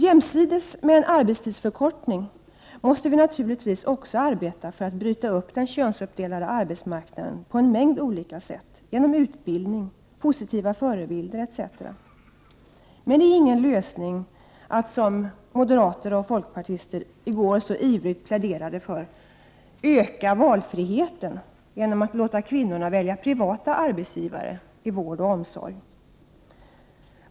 Jämsides med en arbetstidsförkortning måste vi naturligtvis också arbeta för att bryta upp den könsuppdelade arbetsmarknaden. Det kan ske på en mängd olika sätt, genom utbildning, positiva förebilder etc. Men det är ingen lösning att, som m och fp i går så ivrigt pläderade för, ”öka valfriheten” genom att låta kvinnorna välja privata arbetsgivare i vård och omsorg.